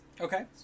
Okay